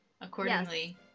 accordingly